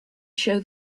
show